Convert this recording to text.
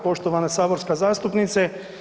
Poštovana saborska zastupnice.